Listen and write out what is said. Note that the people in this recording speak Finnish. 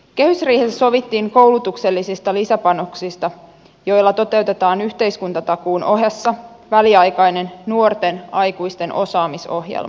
kehysriihessä sovittiin koulutuksellisista lisäpanoksista joilla toteutetaan yhteiskuntatakuun ohessa väliaikainen nuorten aikuisten osaamisohjelma